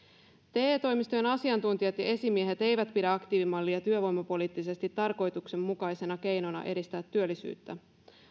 te toimistojen asiantuntijat ja esimiehet eivät pidä aktiivimallia työvoimapoliittisesti tarkoituksenmukaisena keinona edistää työllisyyttä